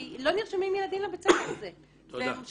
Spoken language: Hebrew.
כי לא נרשמים ילדים לבית הספר הזה והם שובתים.